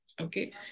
Okay